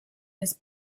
his